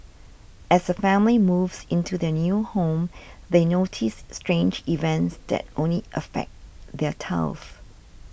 as a family moves into their new home they notice strange events that only affect their tiles